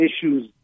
issues